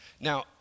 Now